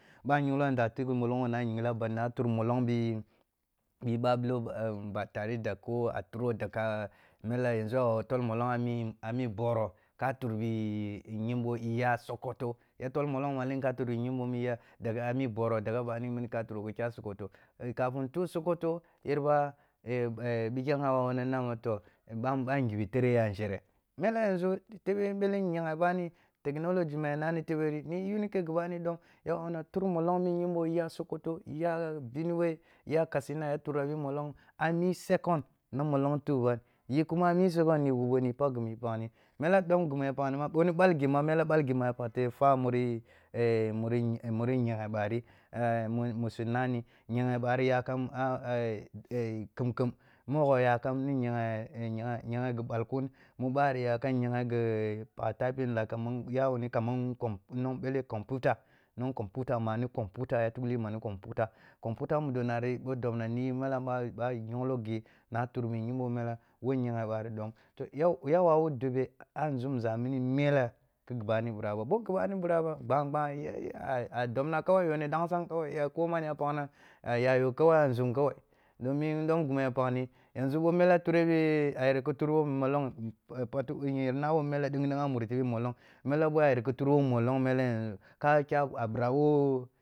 Boh a yinglo a ndah tikh molongho na yingla bana tur molong bi ɓah ɓilo agn ba tare da ko a turo daga mela yanzu a wawu tol molong a mi, ami boro ka tur bi yinbo iya sokoto, ya tol molong malen ka tur bi yimbo iya, daga a mi boro daga bani mini ka turo khi kyah sokoto, eh kafin tu’ah sokoto, yerba pikhe ya wawuna na ma toh, eh ɓanghiba tare ya a nzhere mele yanzu tebe ni ɓele nyeghe bani technology ma ya nani tebe ri yi yunike ghi bari dom, ya wawuna tur molong bi yinbo iya sokoto, iya benue, iya katsina ya tura bi molong a mi second na olong tuh ban, yi kuma a i second ni wubo ni paghghi mu mpaghni, mele ɗom ghi mu paghni, boh ni ɓal ghi ma mela ɓal ghi mele yaar fwa muri muri nyaghe ɓari, eh musu nani, nya ghe ɓari yakam a eh khum-khum, mogho yakam ni nyaghe nyaghe ghi ɓal kun mu ɓari nyake nyaghe ghi pagh typing like kaman ya wuni kaman com nun ɓele computer, nun computer, ma ni computer ya tukliyi mani computer computer mu do nari ɓoh dobna ni yi ɓoh a nyonglo ghi na tur ɓoh yimbo mela wo nyaghe ɓari ɗom, toh ya ya wawu dobe a nzumza mini ni mere khi ghi ɓani ɓiraba, ɓoh ghi ɓani ɓira gɓangɓan ya a dobna kawai, yo ni dansang kawai, eh ko man ya paghna a ya yo kawai a nȝum kawai, domin dom ghi mu paghni, yanzu ɓoh mela bho turehbi a yar ki tur bo molong, nnawo mele ɗeng-ɗeng a muri tebe molong, mele ɓho a yar khi tur bo molong mele ka kya a ɓira wo.